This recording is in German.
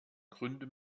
gründe